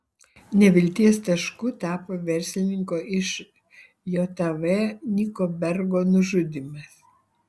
nevilties tašku tapo verslininko iš jav nicko bergo nužudymas